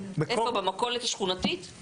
במכולת השכונתית?